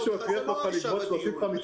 רפי, מישהו הכריח אותך לגבות 35,000?